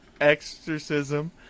exorcism